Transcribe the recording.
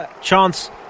chance